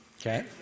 Okay